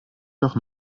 doch